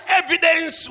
evidence